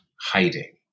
hiding